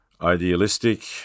idealistic